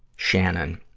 shannon.